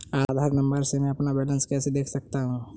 आधार number से मैं अपना बैलेंस कैसे देख सकता हूँ?